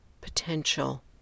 potential